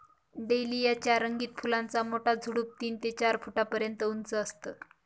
dahlia च्या रंगीत फुलांचा मोठा झुडूप तीन ते चार फुटापर्यंत उंच असतं